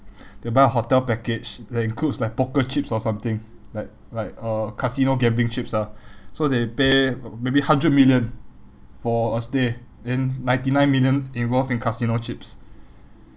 they will buy a hotel package that includes like poker chips or something like like uh casino gambling chips ah so they pay maybe hundred million for a stay then ninety nine million involve in casino chips